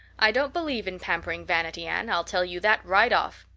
i don't believe in pampering vanity, anne, i'll tell you that right off.